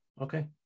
Okay